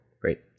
Great